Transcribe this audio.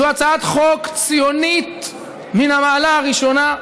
זו הצעת חוק ציונית מן המעלה הראשונה,